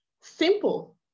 simple